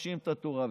מפרשים את התורה.